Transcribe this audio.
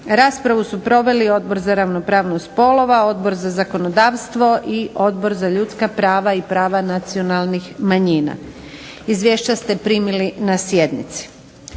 Raspravu su proveli Odbor za ravnopravnost spolova, Odbor za zakonodavstvo i Odbor za ljudska prava i prava nacionalnih manjina. Izvješća ste primili na sjednici.